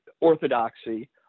orthodoxy